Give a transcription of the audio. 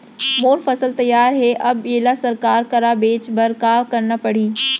मोर फसल तैयार हे अब येला सरकार करा बेचे बर का करना पड़ही?